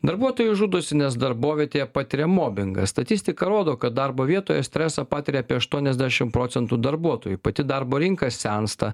darbuotojai žudosi nes darbovietėje patiria mobingą statistika rodo kad darbo vietoje stresą patiria apie aštuoniasdešimt procentų darbuotojų pati darbo rinka sensta